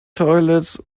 toilets